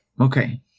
Okay